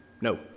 No